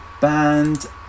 band